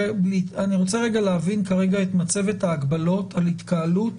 אני רוצה רגע להבין כרגע את מצבת ההגבלות על התקהלות